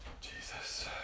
Jesus